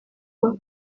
aba